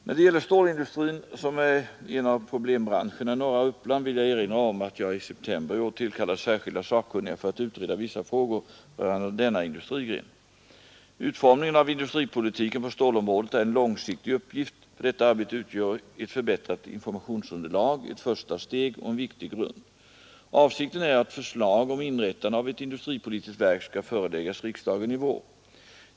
När det gäller stålindustrin, som är en av problembranscherna i norra Uppland, vill jag erinra om att jag i september i år tillkallade särskilda sakkunniga för att utreda vissa frågor rörande denna industrigren. Utformningen av industripolitiken på stålområdet är en långsiktig uppgift. För detta arbete utgör ett förbättrat informationsunderlag ett första steg och en viktig grund. Avsikten är att förslag om inrättande av ett industripolitiskt verk skall föreläggas riksdagen i vår.